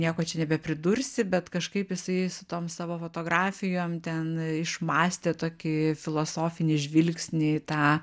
nieko čia nebepridursi bet kažkaip jisai su tom savo fotografijom ten išmąstė tokį filosofinį žvilgsnį į tą